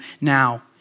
now